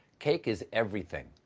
cake is everything.